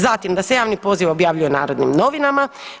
Zatim, „da se javni poziv objavljuje u Narodnim novinama“